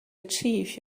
achieve